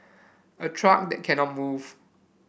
a truck that cannot move